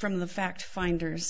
from the fact finders